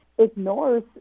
ignores